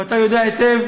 ואתה יודע היטב,